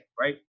right